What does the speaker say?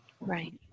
Right